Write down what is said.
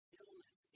illness